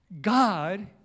God